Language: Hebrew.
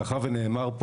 מאחר ונאמר פה